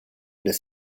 des